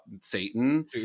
Satan